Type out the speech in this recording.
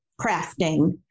crafting